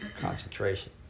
concentration